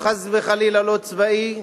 חס וחלילה לא צבאי,